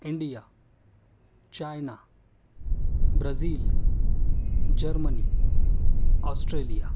India China Brazil Germany Australia